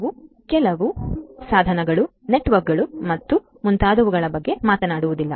ನಾವು ಕೇವಲ ಸಾಧನಗಳು ನೆಟ್ವರ್ಕ್ಗಳು ಮತ್ತು ಮುಂತಾದವುಗಳ ಬಗ್ಗೆ ಮಾತನಾಡುವುದಿಲ್ಲ